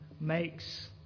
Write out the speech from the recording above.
makes